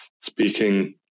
speaking